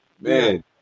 Man